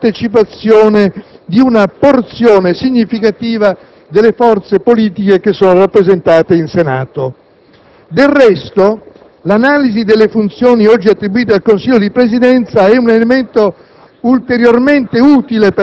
le prerogative di partecipazione di una porzione significativa delle forze politiche rappresentate in Senato. Delresto, l'analisi delle funzioni oggi attribuite al Consiglio di Presidenza è un elemento